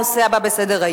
הנושא הבא בסדר-היום: